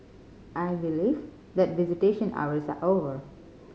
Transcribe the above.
I believe that visitation hours are over